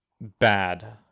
bad